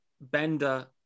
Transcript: Bender